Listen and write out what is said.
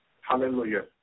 Hallelujah